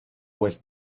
was